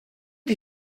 did